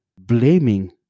blaming